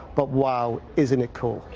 but wow, isn't it cool?